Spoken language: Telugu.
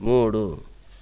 మూడు